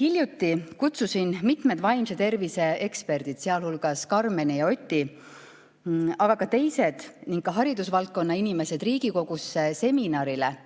Hiljuti kutsusin mitmed vaimse tervise eksperdid, sealhulgas Karmeni ja Oti, aga ka teised ning haridusvaldkonna inimesed Riigikogusse seminarile,